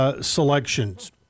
selections